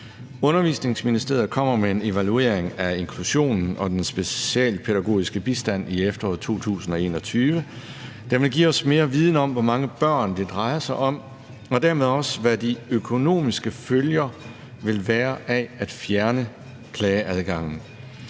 Undervisningsministeriet kommer med en evaluering af inklusionen og den specialpædagogiske bistand i efteråret 2021. Den vil give os mere viden om, hvor mange børn det drejer sig om og dermed også, hvad de økonomiske følger vil være af at fjerne klageadgangen.